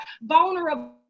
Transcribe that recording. vulnerable